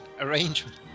arrangement